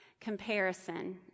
Comparison